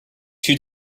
two